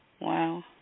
Wow